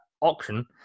Auction